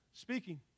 speaking